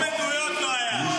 שום עדויות לא היו.